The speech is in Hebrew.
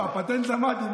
את הפטנט למדנו.